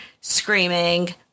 screaming